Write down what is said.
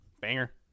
Banger